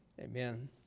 Amen